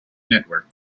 network